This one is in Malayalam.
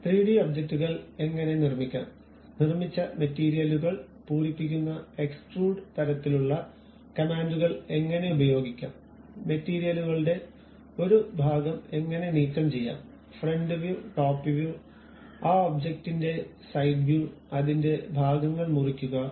ത്രീഡി ഒബ്ജക്റ്റുകൾ എങ്ങനെ നിർമ്മിക്കാം നിർമ്മിച്ച മെറ്റീരിയലുകൾ പൂരിപ്പിക്കുന്ന എക്സ്ട്രൂഡ് തരത്തിലുള്ള കമാൻഡുകൾ എങ്ങനെ ഉപയോഗിക്കാം മെറ്റീരിയലുകളുടെ ഒരു ഭാഗം എങ്ങനെ നീക്കം ചെയ്യാം ഫ്രണ്ട് വ്യൂ ടോപ്പ് വ്യൂ ആ ഒബ്ജക്റ്റിന്റെ സൈഡ് വ്യൂ അതിന്റെ ഭാഗങ്ങൾ മുറിക്കുക